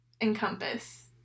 encompass